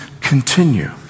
continue